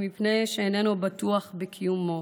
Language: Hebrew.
אם מפני שהוא איננו בטוח בקיומו,